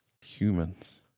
Humans